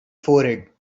forehead